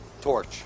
torch